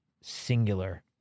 singular